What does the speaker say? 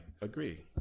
agree